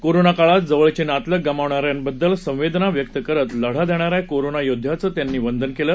corona काळात जवळचे नातलग गमावणाऱ्यांबद्दल संवेदना व्यक्त करत लढा देणाऱ्या कोरोना योध्याना त्यांनी वंदन केले